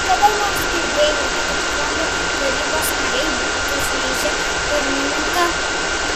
ar kada nors girdėjote kad fondo tarybos nariai būtų šmeižę pirmininką